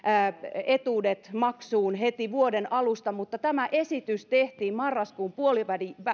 etuudet maksuun heti vuoden alusta mutta tämä esitys tehtiin marraskuun